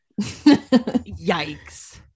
Yikes